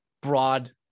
broad